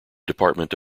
department